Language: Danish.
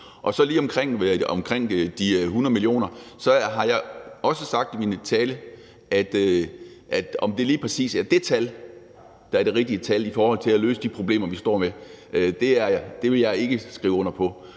diskussion. Omkring de 100 mio. kr. vil jeg sige, at jeg også har sagt i min tale, at om det lige præcis er det tal, der er det rigtige tal i forhold til at løse de problemer, vi står med, vil jeg ikke skrive under på.